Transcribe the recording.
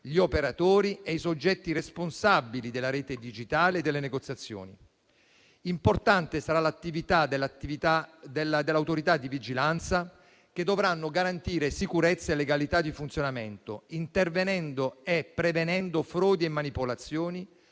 gli operatori e i soggetti responsabili della rete digitale e delle negoziazioni. Importante sarà l'attività delle autorità di vigilanza che dovranno garantire sicurezza e legalità di funzionamento, intervenendo e prevenendo frodi e manipolazioni